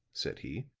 said he.